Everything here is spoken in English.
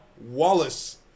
Wallace